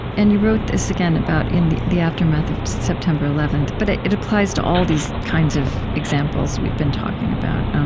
and you wrote this, again, in the the aftermath of september eleven. but ah it applies to all these kinds of examples we've been talking about.